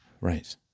right